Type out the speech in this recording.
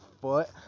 foot